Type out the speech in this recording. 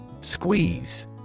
Squeeze